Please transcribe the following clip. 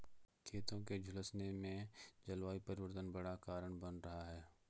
खेतों के झुलसने में जलवायु परिवर्तन बड़ा कारण बन रहा है